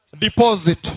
deposit